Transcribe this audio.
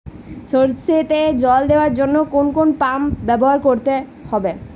সরষেতে জল দেওয়ার জন্য কোন পাম্প ব্যবহার করতে হবে?